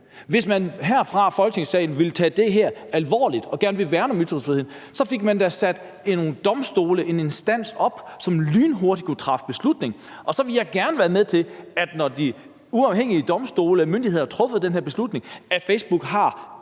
Folketingssalen ville tage det her alvorligt og gerne ville værne om ytringsfriheden, så fik man da nedsat en domstol, en instans, som lynhurtigt kunne træffe beslutning, og så ville jeg gerne være med til, at når de uafhængige domstole eller myndigheder havde truffet den her beslutning, så havde Facebook kort